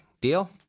Deal